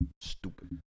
stupid